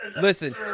Listen